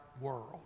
world